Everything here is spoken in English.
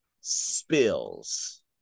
spills